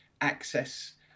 access